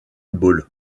ball